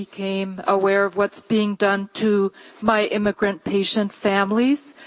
became aware of what's being done to my immigrant patient families.